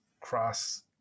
cross